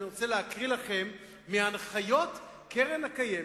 אני רוצה לקרוא מהנחיות קרן קיימת,